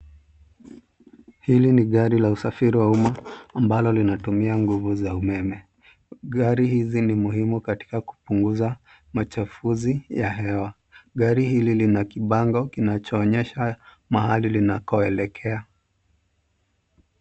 Hili ni gari la usafiri wa uma ambalo linatumia nguvu za umeme. Gari hizi ni muhimu katika kupunguza machafuzi ya hewa. Gari hili lina kibango kinachoonyesha mahali linakoelekea.